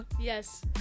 Yes